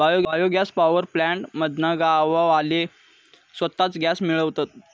bio gas power plant मधना गाववाले स्वताच गॅस मिळवतत